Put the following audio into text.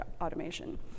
automation